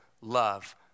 love